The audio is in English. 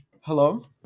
Hello